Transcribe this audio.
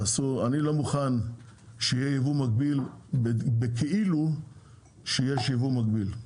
אני לא מוכן שיהיה יבוא מקביל בכאילו שיש יבוא מקביל,